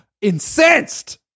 incensed